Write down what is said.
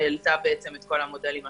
העלנו את המודלים השונים.